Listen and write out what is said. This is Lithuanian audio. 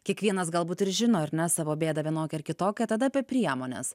kiekvienas galbūt ir žino ar ne savo bėdą vienokią ar kitokią tada apie priemones